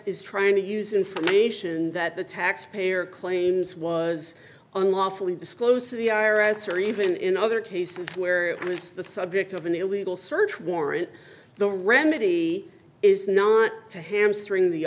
is trying to use information that the taxpayer claims was unlawfully disclosed to the i r s or even in other cases where it's the subject of an illegal search warrant the remedy is not to hamstring the